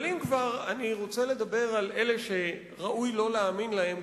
אבל אם אני כבר רוצה לדבר על אלה שראוי לא להאמין להם,